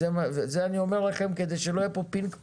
את זה אני אומר לכם כדי שלא יהיה כאן פינג פונג,